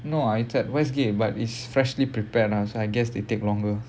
no ah it's at westgate but is freshly prepared lah so I guess they take longer